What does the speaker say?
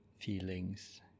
feelings